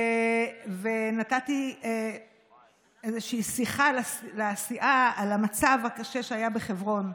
ונתתי שיחה לסיעה על המצב הקשה שהיה בחברון,